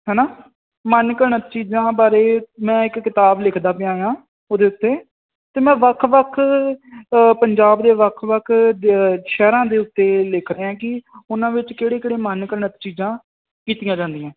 ਹੈ ਨਾ ਮਨ ਘੜਤ ਚੀਜ਼ਾਂ ਬਾਰੇ ਮੈਂ ਇੱਕ ਕਿਤਾਬ ਲਿਖਦਾ ਪਿਆ ਹਾਂ ਉਹਦੇ ਉੱਤੇ ਤੇ ਮੈਂ ਵੱਖ ਵੱਖ ਪੰਜਾਬ ਦੇ ਵੱਖ ਵੱਖ ਦੇ ਸ਼ਹਿਰਾਂ ਦੇ ਉੱਤੇ ਲਿਖ ਰਿਹਾ ਕਿ ਉਹਨਾਂ ਵਿੱਚ ਕਿਹੜੇ ਕਿਹੜੇ ਮਨ ਘਣਤ ਚੀਜ਼ਾਂ ਕੀਤੀਆਂ ਜਾਂਦੀਆਂ